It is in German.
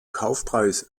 kaufpreis